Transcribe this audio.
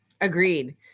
Agreed